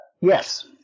Yes